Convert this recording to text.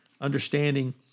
Understanding